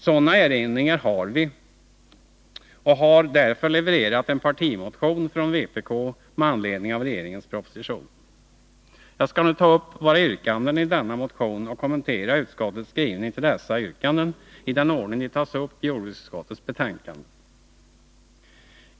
Sådana erinringar har vi, och vi har därför levererat en partimotion från vpk med anledning av regeringens proposition. Jag skall nu ta upp våra yrkanden i denna motion och kommentera utskottets skrivning till dessa yrkanden i den ordning de tas upp i jordbruksutskottets betänkande.